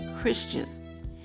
christians